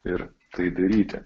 ir tai daryti